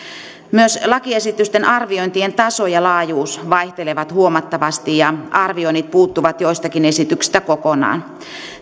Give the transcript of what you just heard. myös lakiesitysten arviointien taso ja laajuus vaihtelevat huomattavasti ja arvioinnit puuttuvat joistakin esityksistä kokonaan